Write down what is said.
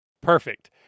Perfect